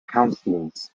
councillors